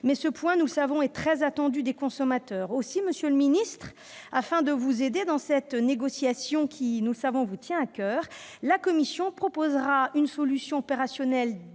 Nous savons que ce point est très attendu des consommateurs. Aussi, monsieur le ministre, afin de vous aider dans cette négociation qui, nous le savons, vous tient à coeur, la commission proposera une solution opérationnelle